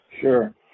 Sure